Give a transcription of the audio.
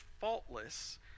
faultless